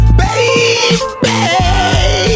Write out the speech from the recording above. baby